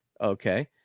Okay